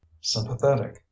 sympathetic